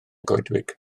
goedwig